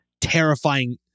terrifying